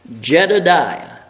Jedediah